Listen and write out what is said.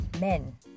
men